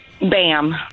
Bam